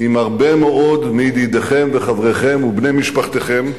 עם הרבה מאוד מידידיכם וחבריכם ובני משפחותיכם,